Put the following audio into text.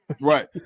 Right